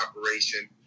operation